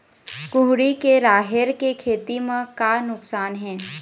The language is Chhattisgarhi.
कुहड़ी के राहेर के खेती म का नुकसान हे?